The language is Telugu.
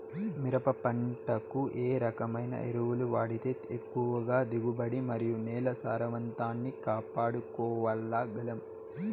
మిరప పంట కు ఏ రకమైన ఎరువులు వాడితే ఎక్కువగా దిగుబడి మరియు నేల సారవంతాన్ని కాపాడుకోవాల్ల గలం?